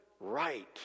right